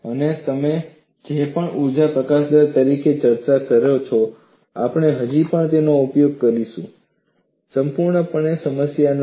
અને તમે જે પણ ઊર્જા પ્રકાશન દર તરીકે ચર્ચા કરી છે આપણે હજી પણ તેનો ઉપયોગ કરીશું સંપૂર્ણપણે કોઈ સમસ્યા નથી